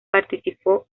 participó